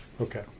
Okay